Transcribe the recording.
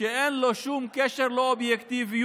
שאין לו שום קשר ולא אובייקטיביות,